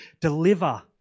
deliver